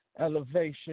elevation